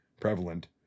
prevalent